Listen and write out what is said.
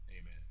Amen